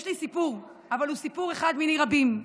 יש לי סיפור, אבל הוא סיפור אחד מיני רבים,